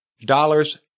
dollars